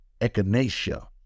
echinacea